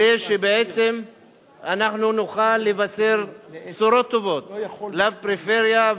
כדי שאנחנו נוכל לבשר בשורות טובות לפריפריה,